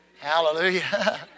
Hallelujah